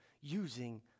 using